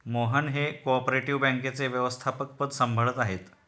मोहन हे cooperative बँकेचे व्यवस्थापकपद सांभाळत आहेत